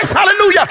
hallelujah